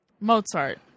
Mozart